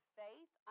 faith